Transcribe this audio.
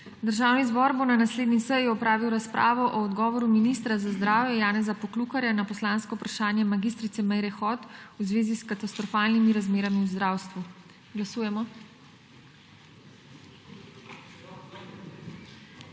Državni zbor bo na naslednji seji opravil razpravo o odgovoru ministra za zdravje Janeza Poklukarja na poslansko vprašanje mag. Meire Hot v zvezi s katastrofalnimi razmerami v zdravstvu. Glasujemo.